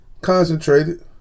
concentrated